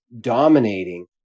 dominating